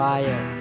Fire